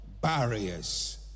barriers